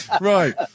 Right